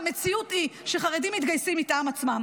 המציאות היא שחרדים מתגייסים מטעם עצמם.